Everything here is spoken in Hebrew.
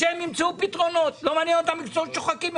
לא מעניין אותם מקצועות שוחקים.